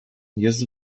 jest